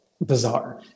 bizarre